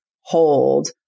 hold